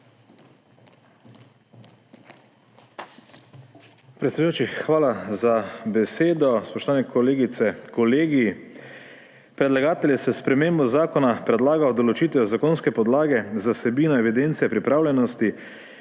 hvala za besedo. Spoštovane kolegice, kolegi! Predlagatelj je s spremembo zakona predlagal določitev zakonske podlage za vsebino evidence pripravljenosti,